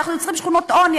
אנחנו יוצרים שכונות עוני,